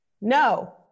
no